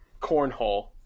cornhole